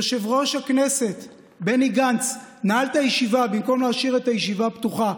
יושב-ראש הכנסת בני גנץ נעל את הישיבה במקום להשאיר את הישיבה פתוחה,